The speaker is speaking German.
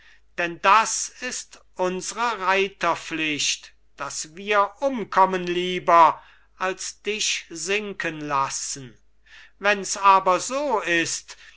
denn das ist unsre reiterpflicht daß wir umkommen lieber als dich sinken lassen wenns aber so ist